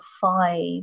five